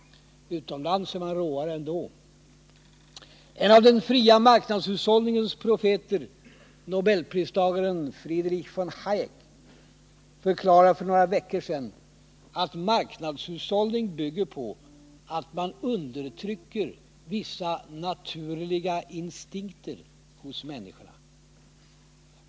Utomlands är man ännu råare. En av den fria marknadshushållningens profeter, nobelpristagaren Friedrich von Hayek, förklarade för några veckor sedan att marknadshushållning bygger på att man undertrycker vissa naturliga instinkter hos människorna.